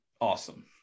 Awesome